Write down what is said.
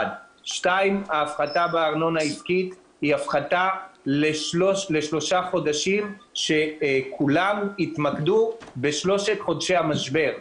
ההפחתה בארנונה העסקית היא לשלושה חודשים שכולם יתמקדו בחודשי המשבר.